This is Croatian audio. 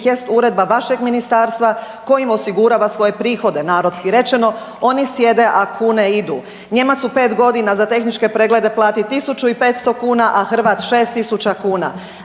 jest uredba vašeg Ministarstva kojim osigurava svoje prihode, narodski rečeno, oni sjede, a kune idu. Nijemac u 5 godina za tehničke preglede plati 1500 kuna, a Hrvat 6 tisuća